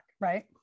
right